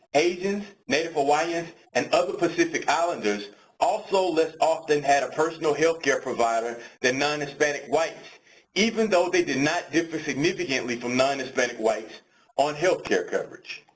asians, native hawaiians and other pacific islanders also less often had a personal health care provider than non-hispanic whites even though they did not differ significantly from non-hispanic whites on health care coverage.